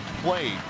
play